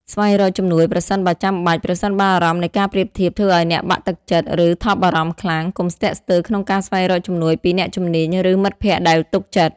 ស្វែងរកជំនួយប្រសិនបើចាំបាច់ ប្រសិនបើអារម្មណ៍នៃការប្រៀបធៀបធ្វើឲ្យអ្នកបាក់ទឹកចិត្ត ឬថប់បារម្ភខ្លាំង កុំស្ទាក់ស្ទើរក្នុងការស្វែងរកជំនួយពីអ្នកជំនាញ ឬមិត្តភក្តិដែលទុកចិត្ត។